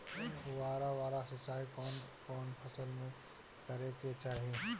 फुहारा वाला सिंचाई कवन कवन फसल में करके चाही?